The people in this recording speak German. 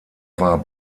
war